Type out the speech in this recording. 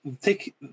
take